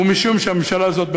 ומשום שהממשלה הזאת,